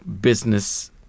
business